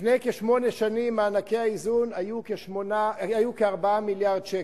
לפני כשמונה שנים מענקי האיזון היו כ-4 מיליארד שקל.